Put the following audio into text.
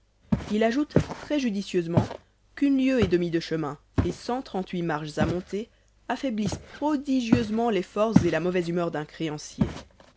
il ajoute très judicieusement qu'une lieue et demie de chemin et cent trente-huit marches à monter affaiblissent prodigieusement les forces et la mauvaise humeur d'un créancier